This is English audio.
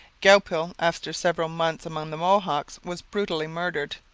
goupil, after several months among the mohawks, was brutally murdered.